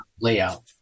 layout